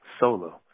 solo